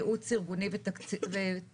ייעוץ ארגוני ותקציבי.